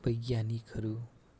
वैज्ञानिकहरू